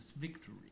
victory